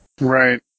Right